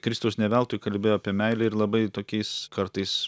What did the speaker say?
kristus ne veltui kalbėjo apie meilę ir labai tokiais kartais